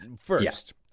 First